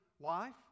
life